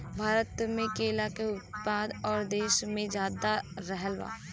भारत मे केला के उत्पादन और देशो से ज्यादा रहल बा